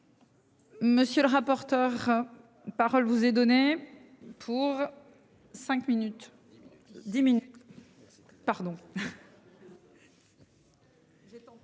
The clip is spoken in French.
Monsieur le rapporteur. Parole vous est donnée pour. Cinq minutes.